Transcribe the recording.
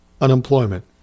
unemployment